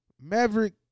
Maverick